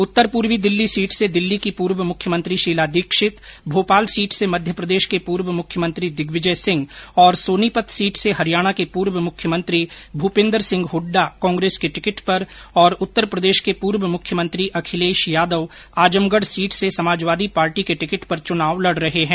उत्तर पूर्वी दिल्ली सीट से दिल्ली की पूर्व मुख्यमंत्री शीला दीक्षित भोपाल सीट से मध्यप्रदेश के पूर्व मुख्यमंत्री दिग्विजय सिंह तथा सोनीपत सीट से हरियाणा के पूर्व मुख्यमंत्री भूपिन्द्र सिंह हुड्डा कांग्रेस के टिकट पर और उत्तरप्रदेश के पूर्व मुख्यमंत्री अखिलेश यादव आजमगढ सीट से समाजवादी पार्टी के टिकट पर चुनाव लड़ रहे हैं